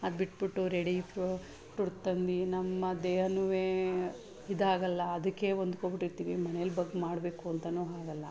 ಅದು ಬಿಟ್ಬಿಟ್ಟು ready food ತಂದು ನಮ್ಮ ದೇಹನೂ ಇದಾಗಲ್ಲ ಅದಕ್ಕೆ ಹೊಂದ್ಕೊಂಡ್ಬಿಟ್ಟಿರ್ತೀವಿ ಮನೇಲಿ ಬಗ್ಗೆ ಮಾಡಬೇಕು ಅಂತಲೂ ಹಾಗಲ್ಲ